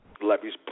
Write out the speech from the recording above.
levees